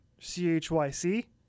C-H-Y-C